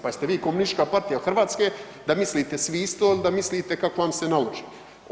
Pa jeste vi komunistička partija Hrvatske da mislite svi isto ili da mislite kako vam se naloži.